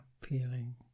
feeling